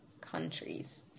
countries